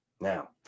Now